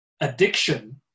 addiction